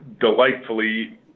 delightfully